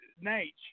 Nate